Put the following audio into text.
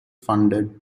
funded